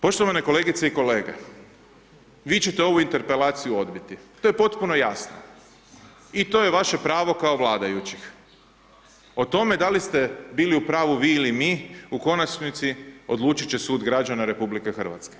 Poštovane kolegice i kolege, vi ćete ovu Interpelaciju odbiti to je potpuno jasno i to je vaše pravo kao vladajućih, o tome da li ste bili u pravu vi ili mi, u konačnosti odlučit će sud građana RH.